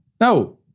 No